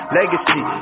legacy